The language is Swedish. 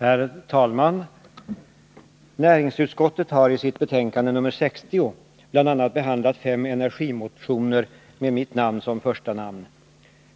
Herr talman! Näringsutskottet har i sitt betänkande nr 60 bl.a. behandlat fem energimotioner med mitt namn som första namn.